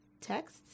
text